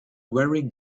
very